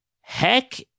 Heck